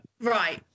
right